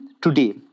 today